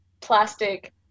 plastic